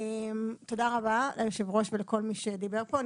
תודה רבה ליו"ר ולכל מי שדיבר פה.